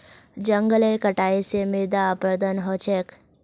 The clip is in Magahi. जंगलेर कटाई स मृदा अपरदन ह छेक